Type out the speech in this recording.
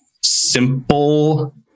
simple